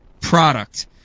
product